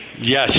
Yes